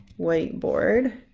whiteboard,